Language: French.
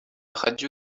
radio